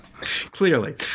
Clearly